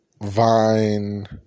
Vine